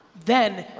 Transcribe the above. then,